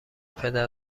پدر